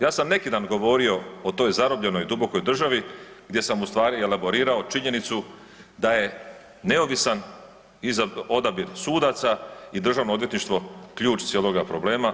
Ja sam neki dan govorio o toj zarobljenoj dubokoj državi gdje sam u stvari elaborirao činjenicu da je neovisan odabir sudaca i državno odvjetništvo ključ cijeloga problema.